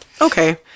Okay